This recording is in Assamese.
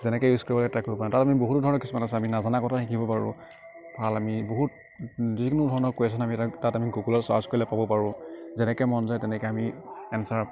যেনেকৈ ইউজ কৰিব লাগে তাক কৰিব পৰা নাই তাৰ আমি বহুতো ধৰণৰ কিছুমান আছে আমি নজানা কথাও শিকিব পাৰোঁ ভাল আমি বহুত যিকোনো ধৰণৰ কুৱেচন আমি তাত তাত আমি গুগুলত চাৰ্জ কৰিলে পাব পাৰোঁ যেনেকৈ মন যায় তেনেকৈ আমি এঞ্চাৰ